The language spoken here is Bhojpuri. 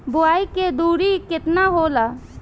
बुआई के दूरी केतना होला?